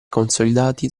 consolidati